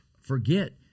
forget